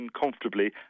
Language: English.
comfortably